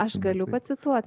aš galiu pacituoti